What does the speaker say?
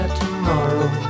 tomorrow